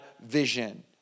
vision